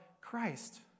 Christ